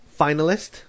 finalist